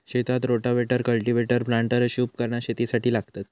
शेतात rotavator, cultivator, planter अशी उपकरणा शेतीसाठी लागतत